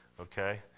okay